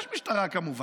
יש משטרה, כמובן,